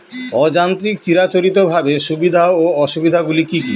অযান্ত্রিক চিরাচরিতভাবে সুবিধা ও অসুবিধা গুলি কি কি?